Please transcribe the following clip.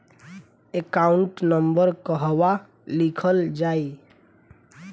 Account number कहवा लिखल जाइ?